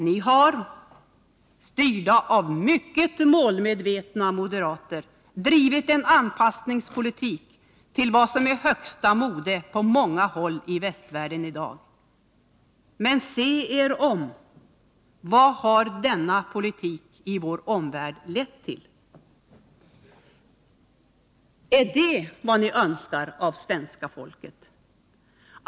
Ni har — styrda av mycket målmedvetna moderater — drivit en anpassningspolitik i förhållande till vad som är högsta mode på många håll i västvärlden i dag. Men se er om! Vad har denna politik i vår omvärld lett till? Är det vad ni önskar svenska folket?